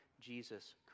Jesus